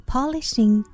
Polishing